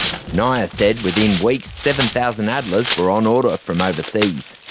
nioa said within weeks, seven thousand adlers were on order from overseas.